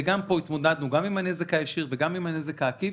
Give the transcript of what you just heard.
גם פה התמודדנו עם הנזק הישיר וגם עם הנזק העקיף.